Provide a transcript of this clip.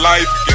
life